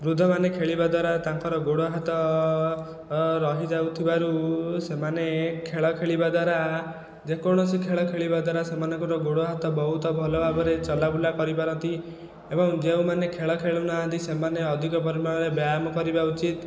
ବୃଦ୍ଧମାନେ ଖେଳିବା ଦ୍ଵାରା ତାଙ୍କର ଗୋଡ଼ ହାତ ରହିଯାଉଥିବାରୁ ସେମାନେ ଖେଳ ଖେଳିବା ଦ୍ଵାରା ଯେକୌଣସି ଖେଳ ଖେଳିବା ଦ୍ଵାରା ସେମାନଙ୍କର ଗୋଡ଼ ହାତ ବହୁତ ଭଲ ଭାବରେ ଚଲାବୁଲା କରିପାରନ୍ତି ଏବଂ ଯେଉଁମାନେ ଖେଳ ଖେଳୁନାହାନ୍ତି ସେମାନେ ଅଧିକ ପରିମାଣରେ ବ୍ୟାୟାମ କରିବା ଉଚିତ୍